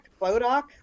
Bodok